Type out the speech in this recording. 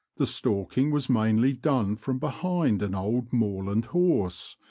the stalking was mainly done from behind an old moorland horse,